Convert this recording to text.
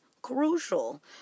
crucial